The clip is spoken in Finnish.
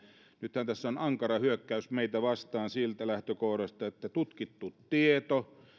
nythän tässä on ankara hyökkäys meitä vastaan siitä lähtökohdasta että tutkittu tieto